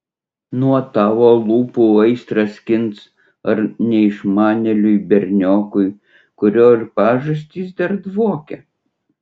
nuo tavo lūpų aistrą skins ar neišmanėliui berniokui kurio ir pažastys dar dvokia